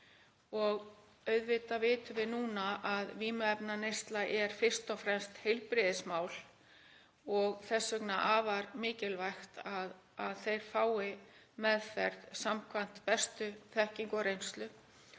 Auðvitað vitum við núna að vímuefnaneysla er fyrst og fremst heilbrigðismál og þess vegna er afar mikilvægt að þeir fái meðferð samkvæmt bestu þekkingu og reynslu